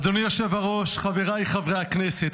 אדוני היושב-ראש, חבריי חברי הכנסת.